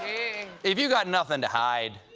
if you've got nothing to hide,